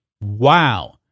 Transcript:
Wow